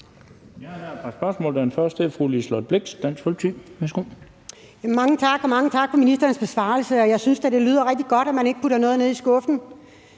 Folkeparti. Værsgo. Kl. 14:27 Liselott Blixt (DF): Mange tak, og mange tak for ministerens besvarelse. Jeg synes da, det lyder rigtig godt, at man ikke putter noget ned i skuffen.